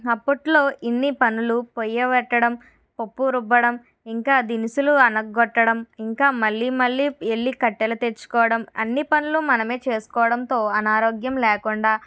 అప్పట్లో ఇన్ని పనులు పొయ్యి పెట్టడం పప్పు రుబ్బడం ఇంకా దినుసులు అనగొట్టడం ఇంకా మళ్ళీ మళ్ళీ వెళ్లి కట్టెలు తెచ్చుకోవడం అన్ని పనులు మనమే చేసుకోవడంతో అనారోగ్యం లేకుండా